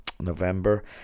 November